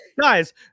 guys